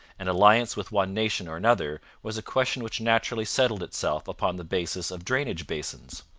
and alliance with one nation or another was a question which naturally settled itself upon the basis of drainage basins.